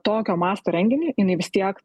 tokio masto renginį jinai vis tiek